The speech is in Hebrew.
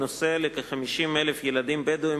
שלי יחימוביץ,